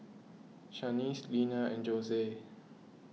Shaniece Leala and Jose